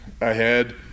ahead